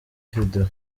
video